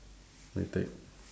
nitec